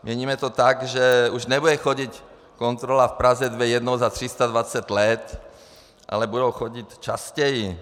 Měníme to tak, že už nebude chodit kontrola v Praze jednou za 320 let, ale budou chodit častěji.